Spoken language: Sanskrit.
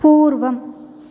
पूर्वम्